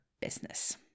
business